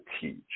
teach